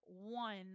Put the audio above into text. one